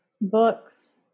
books